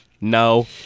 no